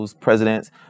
presidents